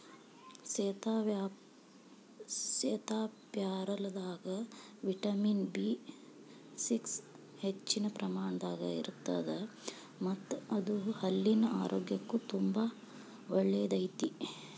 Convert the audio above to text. ಸೇತಾಪ್ಯಾರಲದಾಗ vitamin B six ಹೆಚ್ಚಿನ ಪ್ರಮಾಣದಾಗ ಇರತ್ತದ ಮತ್ತ ಇದು ಹಲ್ಲಿನ ಆರೋಗ್ಯಕ್ಕು ತುಂಬಾ ಒಳ್ಳೆಯದೈತಿ